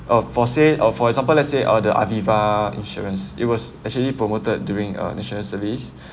uh for say or for example let's say uh the Aviva insurance it was actually promoted during uh national service